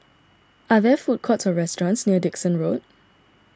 are there food courts or restaurants near Dickson Road